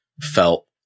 felt